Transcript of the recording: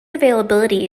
availability